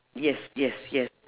yes yes yes